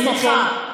סליחה,